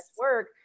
work